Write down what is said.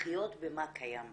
מומחיות במה קיים בחוק.